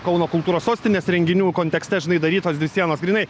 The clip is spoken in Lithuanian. kauno kultūros sostinės renginių kontekste žinai darytos dvi sienos grynai